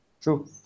True